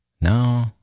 No